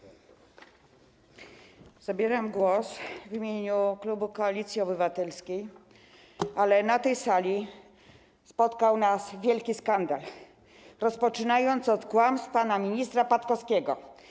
Zabieram głos w imieniu klubu Koalicji Obywatelskiej, ale na tej sali spotkał nas wielki skandal, rozpoczynając od kłamstw pana ministra Patkowskiego.